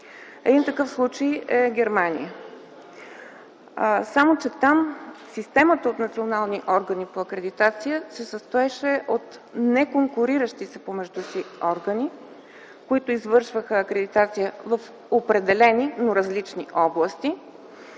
Един такъв случай е Германия, само че там системата от национални органи по акредитация се състоеше от неконкуриращи се помежду си органи, които извършваха акредитации в определени, но различни области.